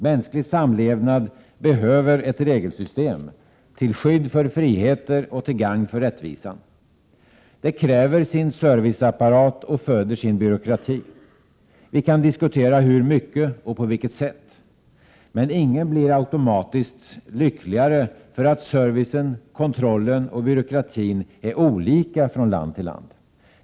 Mänsklig samlevnad behöver ett regelsystem -— till skydd för friheter och till gagn för rättvisan. Detta kräver sin serviceapparat och föder sin byråkrati. Vi kan diskutera hur mycket och på vilket sätt. Men ingen blir automatiskt lyckligare för att servicen, kontrollen och byråkratin är olika från land till land.